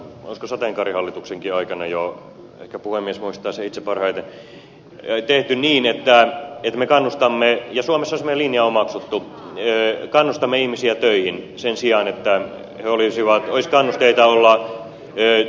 olisiko sateenkaarihallituksen aikana jo ehkä puhemies muistaa sen itse parhaiten tehty niin että me kannustamme suomessa on semmoinen linja omaksuttu ihmisiä töihin sen sijaan että olisi kannusteita olla työttömyysturvan varassa